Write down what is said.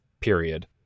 period